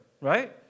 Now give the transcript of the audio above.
right